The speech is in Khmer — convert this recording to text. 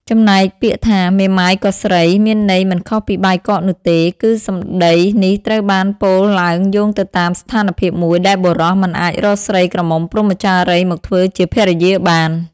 ចំណែកពាក្យថា «មេម៉ាយក៏ស្រី» មានន័យមិនខុសពីបាយកកនោះទេ គឺសំដីនេះត្រូវបានពោលឡើងយោងទៅតាមស្ថានភាពមួយដែលបុរសមិនអាចរកស្រីក្រមុំព្រហ្មចារីយ៍មកធ្វើជាភរិយាបាន។